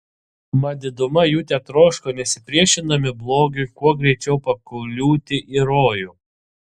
mat diduma jų tetroško nesipriešindami blogiui kuo greičiau pakliūti į rojų